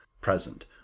present